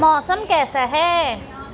موسم کیسا ہے